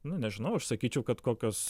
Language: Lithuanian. na nežinau aš sakyčiau kad kokios